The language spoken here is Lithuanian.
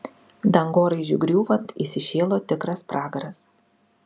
dangoraižiui griūvant įsišėlo tikras pragaras